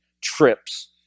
trips